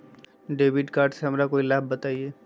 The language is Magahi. डेबिट कार्ड से हमरा के लाभ बताइए?